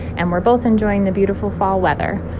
and we're both enjoying the beautiful fall weather.